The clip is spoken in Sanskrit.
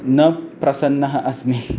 न प्रसन्नः अस्मि